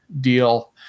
deal